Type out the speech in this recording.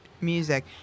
music